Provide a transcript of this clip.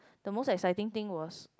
the most exciting was